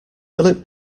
philip